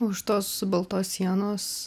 už tos baltos sienos